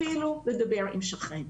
אפילו לדבר עם השכן.